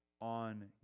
on